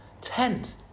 tent